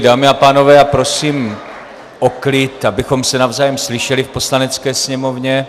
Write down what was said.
Dámy a pánové, já prosím o klid, abychom se navzájem slyšeli v Poslanecké sněmovně.